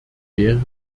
wäre